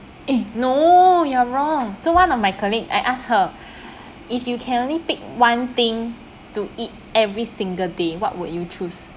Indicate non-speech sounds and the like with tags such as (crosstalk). eh no you're wrong so one of my colleague I asked her (breath) if you can only pick one thing to eat every single day what would you choose